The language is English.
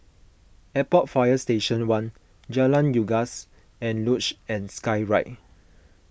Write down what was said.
Airport Fire Station one Jalan Unggas and Luge and Skyride